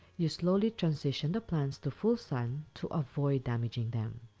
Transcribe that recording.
you slowly transition the plants to full sun, to avoid damaging them.